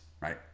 right